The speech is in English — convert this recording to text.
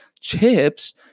chips